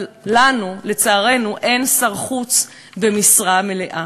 אבל לנו, לצערנו, אין שר חוץ במשרה מלאה,